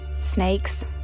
Snakes